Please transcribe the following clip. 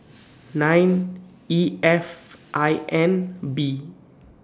nine E F I N B